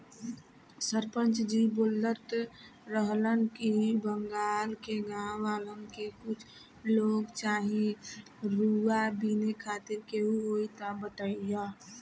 सरपंच जी बोलत रहलन की बगल के गाँव वालन के कुछ लोग चाही रुआ बिने खातिर केहू होइ त बतईह